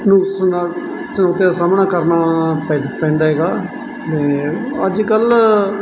ਨੂੰ ਸਾਹਮਣਾ ਕਰਨਾ ਪੈ ਪੈਂਦਾ ਹੈਗਾ ਏ ਅੱਜ ਕੱਲ੍ਹ